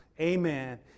amen